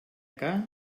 que